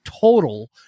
total